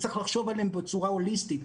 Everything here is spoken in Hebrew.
צריך לחשוב עליהם בצורה הוליסטית.